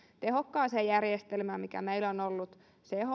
tehokkaaseen järjestelmään mikä meillä on ollut chp laitosten osalta ja